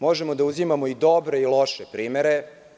Možemo da uzimamo i dobre i loše primere.